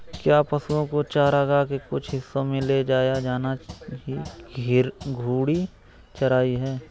क्या पशुओं को चारागाह के कुछ हिस्सों में ले जाया जाना ही घूर्णी चराई है?